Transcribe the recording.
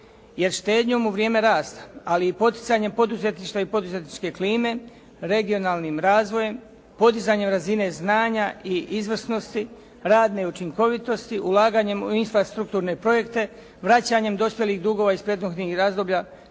jer štednjom u vrijeme rasta, ali i poticanjem poduzetništva i poduzetničke klime, regionalnim razvojem, podizanjem razine znanja i izvrsnosti, radne učinkovitosti, ulaganjem u infrastrukturne projekte, vraćanjem dospjelih dugova iz prethodnih razdoblja